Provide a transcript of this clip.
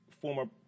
former